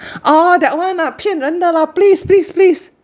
oh that one ah 骗人的 lah please please please